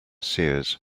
seers